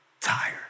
tired